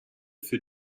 für